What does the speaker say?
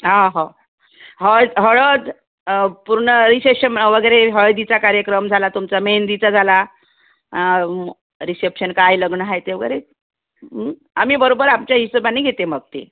हा हो हळद हळद पूर्ण रिशसेप्शन वगैरे हळदीचा कार्यक्रम झाला तुमचा मेहंदीचा झाला रिशसेप्शन काय लग्न आहे ते वगैरे आम्ही बरोबर आमच्या हिशोबाने घेते मग ते